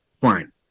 fine